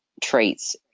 traits